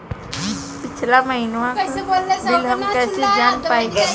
पिछला महिनवा क बिल हम कईसे जान पाइब?